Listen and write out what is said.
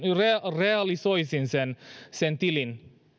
realisoisin sen sen tilin